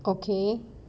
okay